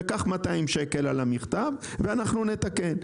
קח 200 ₪ על המכתב ואנחנו נתקן.